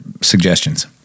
suggestions